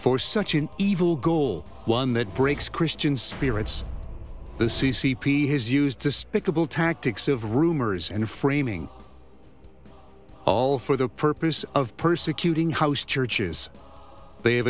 for such an evil goal one that breaks christian spirits the c c p has used the spectacle tactics of rumors and framing all for the purpose of persecuting house churches they